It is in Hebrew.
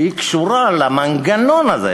שקשורה למנגנון הזה,